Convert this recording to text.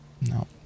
No